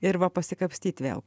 ir va pasikapstyt vėl